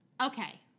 Okay